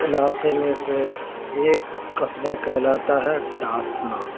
علاقے میں سے ایک قصبہ کہلاتا ہے ڈاسنا